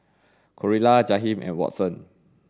Creola Jaheem and Watson